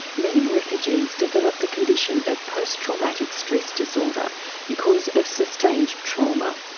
many refugees develop the condition of post-traumatic stress disorder because of sustained trauma.